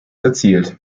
erzielt